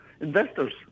investors